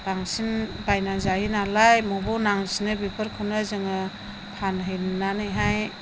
बांसिन बायना जायोनालाय मबाव नांसिनो बेफोरखौनो जोङो फानहैनानैहाय